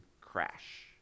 crash